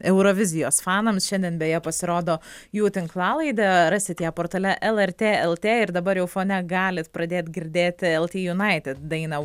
eurovizijos fanams šiandien beje pasirodo jų tinklalaidė rasit ją portale lrt lt ir dabar jau fone galit pradėt girdėti lt united dainą